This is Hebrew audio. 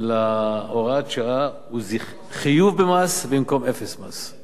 בהוראת השעה הוא חיוב במס במקום אפס מס.